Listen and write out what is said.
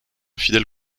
fidèle